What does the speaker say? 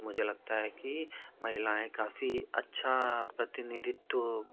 मुझे लगता है कि महिलाएँ काफी अच्छा प्रतिनिधित्व